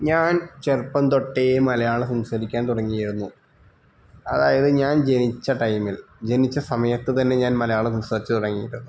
ഞാൻ ചെറുപ്പം തൊട്ടേ മലയാളം സംസാരിക്കാൻ തുടങ്ങിയായിരുന്നു അതായത് ഞാൻ ജനിച്ച ടൈമിൽ ജനിച്ച സമയത്ത് തന്നെ ഞാൻ മലയാളം സംസാരിച്ചു തുടങ്ങിയത്